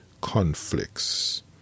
conflicts